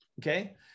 Okay